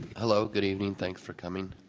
hello, good evening, thanks for coming,